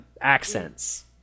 accents